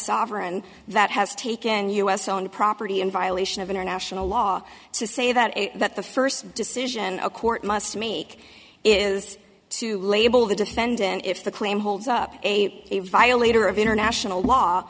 sovereign that has taken us on property in violation of international law to say that that the first decision a court must make is to label the defendant if the claim holds up a violator of international law